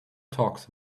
talks